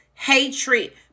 hatred